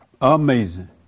Amazing